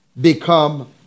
become